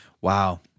Wow